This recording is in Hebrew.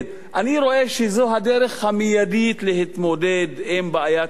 אני רואה שזו הדרך המיידית להתמודד עם בעיית הדיור,